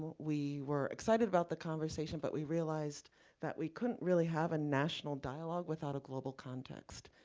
we were excited about the conversation, but we realized that we couldn't really have a national dialogue without a global context.